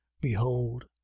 behold